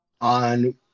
on